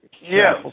Yes